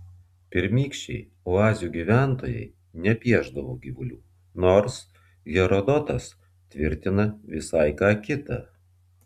pirmykščiai oazių gyventojai nepiešdavo gyvulių nors herodotas tvirtina visai ką kita